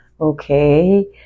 Okay